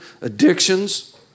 addictions